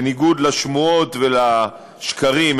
בניגוד לשמועות ולשקרים,